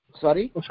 Sorry